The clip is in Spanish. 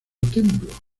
templo